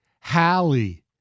Hallie